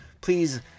please